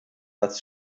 das